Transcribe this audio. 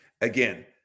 Again